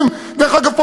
ודרך אגב,